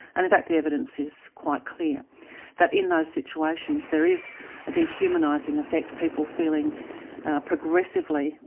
and in fact the evidence is quite clear that in those situations there is a dehumanizing effect, people feeling progressively,